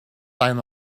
than